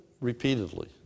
repeatedly